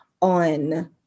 on